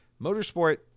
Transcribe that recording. Motorsport